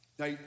Now